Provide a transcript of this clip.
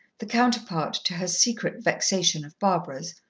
the counterpart, to her secret vexation, of barbara's,